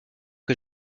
que